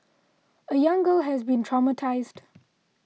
a young girl has been traumatised